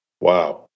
wow